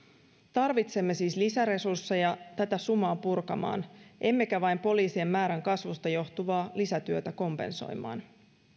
tarvitsemme siis lisäresursseja tätä sumaa purkamaan emmekä vain poliisien määrän kasvusta johtuvaa lisätyötä kompensoimaan